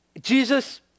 Jesus